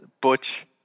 Butch